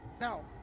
No